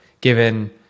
Given